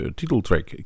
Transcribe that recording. titeltrack